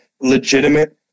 legitimate